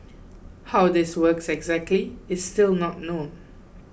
how this works exactly is still not known